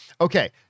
Okay